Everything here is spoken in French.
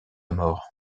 mort